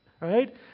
Right